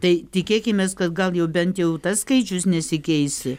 tai tikėkimės kad gal jau bent jau tas skaičius nesikeis